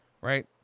Right